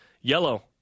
Yellow